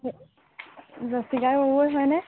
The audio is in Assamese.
জ্যোতিকা গগৈ হয় নে